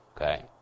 Okay